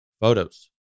photos